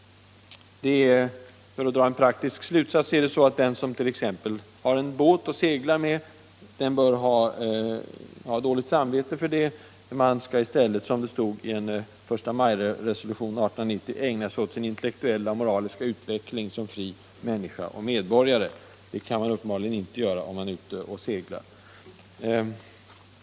För att dra en praktisk slutsats: Den som t.ex. har en båt och seglar med bör ha dåligt samvete för det. Man skall i stället, som det stod i en förstamajresolution 1890, ”ägna sig åt sin intellektuella och moraliska utveckling som fri människa och medborgare”. Det kan man uppenbarligen inte göra, om man är ute och seglar.